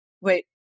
wait